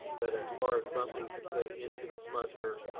but as far as something to put into the smoker,